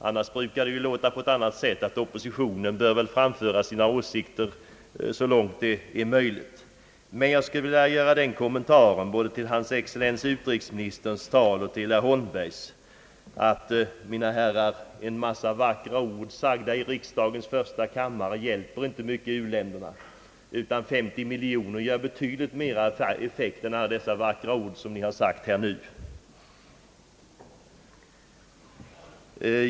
Eljest brukar det låta på ett annat sätt, nämligen att oppositionen bör framföra sina åsikter så långt det är möjligt. Jag skulle både till utrikesministerns och herr Holmbergs tal vilja göra denna kommentar: Mina herrar, en massa vackra ord sagda i riksdagens första kammare hjälper inte mycket i u-länderna, utan 50 miljoner kronor gör betydligt större effekt.